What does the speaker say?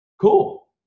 Cool